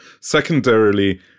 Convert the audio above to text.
Secondarily